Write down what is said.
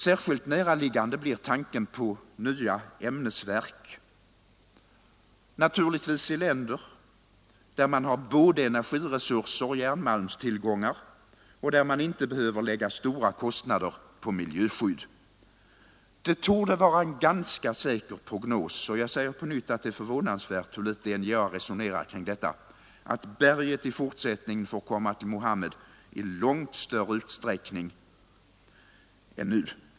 Särskilt näraliggande blir tanken på egna ämnesverk naturligtvis i länder där man har både energiresurser och järnmalmstillgångar och där man inte behöver lägga stora kostnader på miljöskydd. Det torde vara en ganska säker prognos — och jag säger på nytt att det är förvånansvärt, hur litet NJA resonerar kring detta — att berget i fortsättningen får komma till Muhammed i långt större utsträckning än nu.